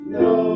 no